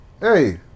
hey